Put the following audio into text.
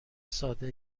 ساده